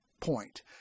point